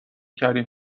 کردیم